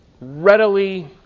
readily